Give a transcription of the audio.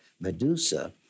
Medusa